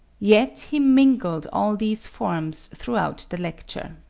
yet he mingled all these forms throughout the lecture.